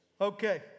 Okay